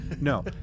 no